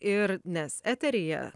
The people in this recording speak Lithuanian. ir nes eteryje